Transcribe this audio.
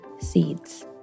Seeds